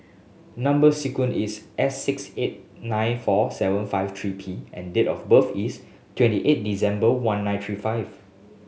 number sequence is S six eight nine four seven five three P and date of birth is twenty eight December one nine three five